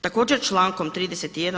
Također člankom 31.